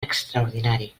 extraordinari